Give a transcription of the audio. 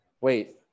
wait